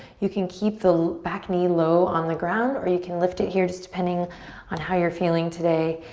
you can keep the back knee low on the ground or you can lift it here just depending on how you're feeling today.